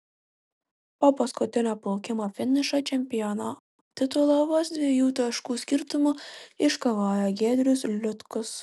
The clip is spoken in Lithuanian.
po paskutinio plaukimo finišo čempiono titulą vos dviejų taškų skirtumu iškovojo giedrius liutkus